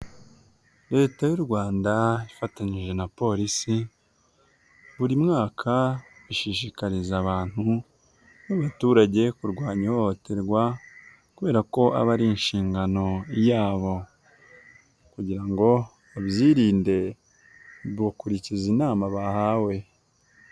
Leta y'u Rwanda ifatanyije na polisi buri mwaka ishishikariza abantu ba baturage kurwanya ihohoterwa, kubera ko aba ari inshingano yabo kugira ngo babyirinde gukurikiza inama bahawe.